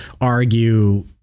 argue